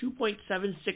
2.76